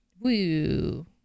Woo